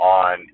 on